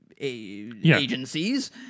Agencies